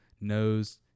nose